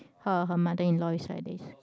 her her mother in law is like this